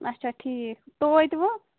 اچھا ٹھیٖک تویتہِ وۄنۍ